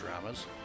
dramas